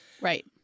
Right